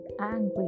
angry